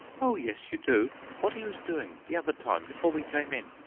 oh, yes, you do what he was doing the other time before we came in.